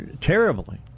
terribly